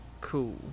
Cool